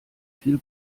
viel